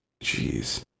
Jeez